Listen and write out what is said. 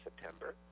September